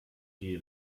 die